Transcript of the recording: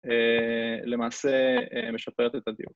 ‫למעשה משפרת את הדיוק.